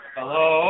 Hello